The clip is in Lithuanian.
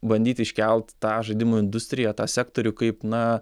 bandyt iškelt tą žaidimų industriją tą sektorių kaip na